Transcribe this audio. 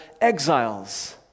exiles